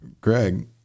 Greg